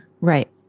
Right